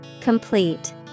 Complete